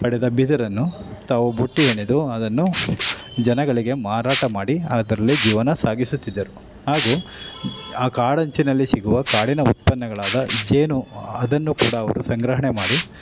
ಪಡೆದ ಬಿದಿರನ್ನು ತಾವು ಬುಟ್ಟಿ ಹೆಣೆದು ಅದನ್ನು ಜನಗಳಿಗೆ ಮಾರಾಟ ಮಾಡಿ ಅದರಲ್ಲೇ ಜೀವನ ಸಾಗಿಸುತ್ತಿದ್ದರು ಹಾಗೂ ಆ ಕಾಡಂಚಿನಲ್ಲಿ ಸಿಗುವ ಕಾಡಿನ ಉತ್ಪನ್ನಗಳಾದ ಜೇನು ಅದನ್ನು ಕೂಡ ಅವರು ಸಂಗ್ರಹಣೆ ಮಾಡಿ